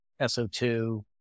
SO2